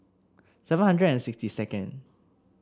seven hundred and sixty second